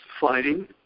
fighting